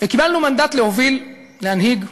וקיבלנו מנדט להוביל, להנהיג,